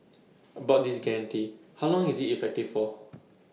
about this guarantee how long is IT effective for